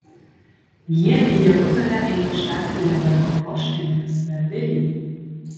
jie į jeruzalę eina švęsti ne bet kokios šventės bet velykų